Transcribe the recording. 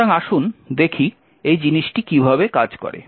সুতরাং আসুন দেখি এই জিনিসটি কীভাবে কাজ করে